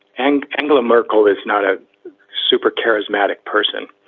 and angela merkel is not a super charismatic person,